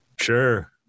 Sure